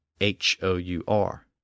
H-O-U-R